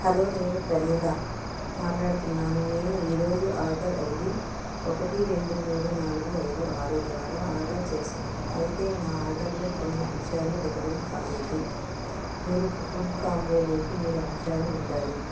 hello నేను ప్రమీల మాట్లాడుతున్నాను నేను ఈరోజు ఆర్డర్ ఐడి ఒకటి రెండు మూడు నాలుగు ఐదు ఆరు ద్వారా ఆర్డర్ చేశాను అయితే నా ఆర్డర్లో కొన్ని అంశాలు డెలివరీ కాలేదు మీరు ఫుడ్ కాంబోలోకి మూడు అంశాలు ఉండాలి